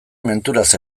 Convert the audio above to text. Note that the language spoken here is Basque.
menturaz